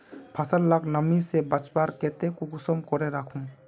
फसल लाक नमी से बचवार केते कुंसम करे राखुम?